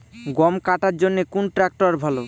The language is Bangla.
গম কাটার জন্যে কোন ট্র্যাক্টর ভালো?